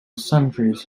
centuries